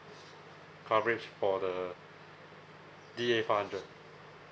coverage for the D A five hundred